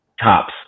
tops